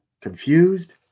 confused